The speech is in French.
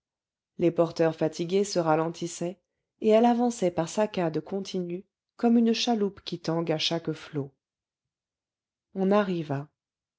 les porteurs fatigués se ralentissaient et elle avançait par saccades continues comme une chaloupe qui tangue à chaque flot on arriva